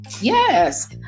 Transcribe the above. Yes